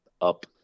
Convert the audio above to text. up